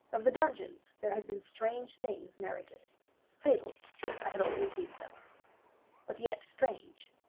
of the dungeons there had been strange things narrated fables i had always deemed them but yet strange,